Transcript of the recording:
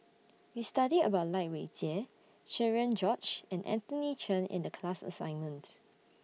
We studied about Lai Weijie Cherian George and Anthony Chen in The class assignment